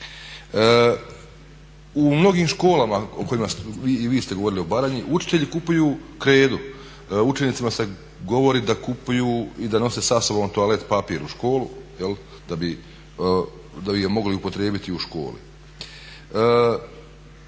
U mnogim školama i vi ste govorili o Baranji, učitelji kupuju kredu, učenicima se govori da kupuju i da nose sa sobom toalet papir u školu da bi ga mogli upotrijebiti u školi.